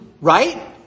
right